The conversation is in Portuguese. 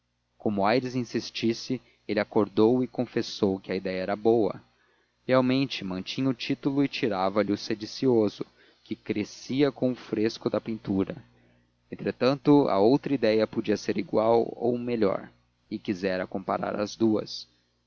como aires insistisse ele acordou e confessou que a ideia era boa realmente mantinha o título e tirava-lhe o sedicioso que crescia com o fresco da pintura entretanto a outra ideia podia ser igual ou melhor e quisera comparar as duas